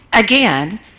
Again